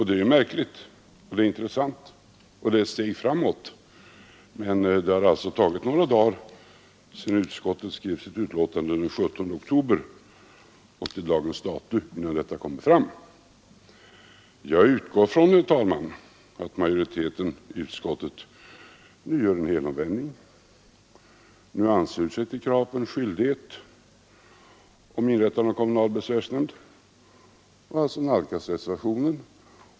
Det är märkligt, det är intressant och det är ett steg framåt, men det har alltså tagit några dagar — sedan utskottet skrev sitt betänkande, den 17 oktober, och till dagens dato — innan detta kom fram. Jag utgår ifrån, herr talman, att majoriteten i utskottet nu gör en helomvändning och ansluter sig till kravet på en skyldighet att inrätta kommunal besvärsnämnd och alltså nalkas reservationen.